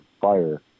fire